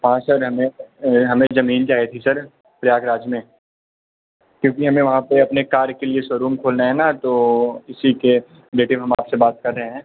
हां सर हमें हमें एक जमीन चाहिए थी सर प्रयागराज में क्योंकि हमें वहाँ पर अपने कार के लिए शो रूम खोलना है ना तो इसी के रिलेटिव हम आपसे बात कर रहे हैं